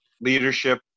leadership